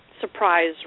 surprise